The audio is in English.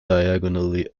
diagonally